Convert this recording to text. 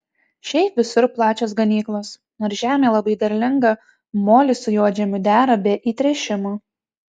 šiaip visur plačios ganyklos nors žemė labai derlinga molis su juodžemiu dera be įtręšimo